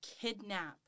kidnap